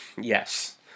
Yes